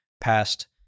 past